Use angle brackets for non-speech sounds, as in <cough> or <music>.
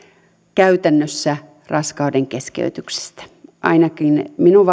käytännössä raskaudenkeskeytyksistä ainakaan minun <unintelligible>